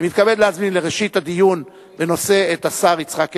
אני מתכבד להזמין לראשית הדיון בנושא את השר יצחק הרצוג.